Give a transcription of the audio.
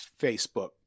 Facebook